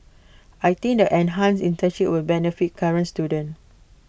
I think the enhanced internships will benefit current students